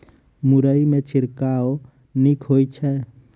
मुरई मे छिड़काव नीक होइ छै?